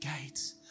gates